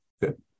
Good